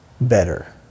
better